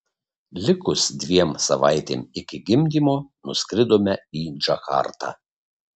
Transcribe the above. likus dviem savaitėm iki gimdymo nuskridome į džakartą